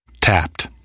Tapped